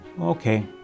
Okay